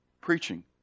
preaching